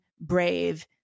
brave